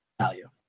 value